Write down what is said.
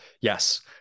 Yes